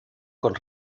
con